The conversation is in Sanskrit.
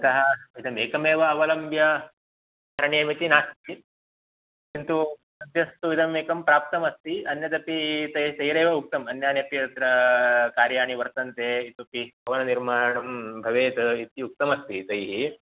अतः इदमेकमेव अवलम्ब्य करणीयमिति नास्ति किन्तु अद्यस्तु इदम् एकं प्राप्तमस्ति अन्यदपि तैः तैरेव उक्तम् अन्यान्यपि अत्र कार्याणि वर्तन्ते इतोपि भवननिर्माणं भवेत् इति उक्तमस्ति तैः